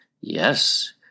Yes